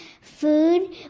food